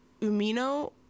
Umino